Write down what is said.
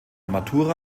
matura